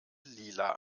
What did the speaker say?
lila